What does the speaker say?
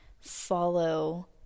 follow